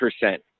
percent